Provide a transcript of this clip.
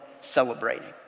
celebrating